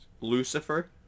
Lucifer